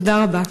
תודה רבה.